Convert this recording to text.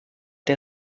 der